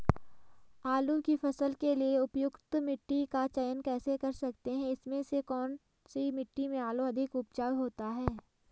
आलू की फसल के लिए उपयुक्त मिट्टी का चयन कैसे कर सकते हैं इसमें से कौन सी मिट्टी में आलू अधिक उपजाऊ होता है?